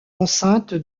enceinte